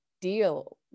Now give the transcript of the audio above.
deal